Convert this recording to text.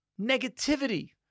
Negativity